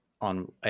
On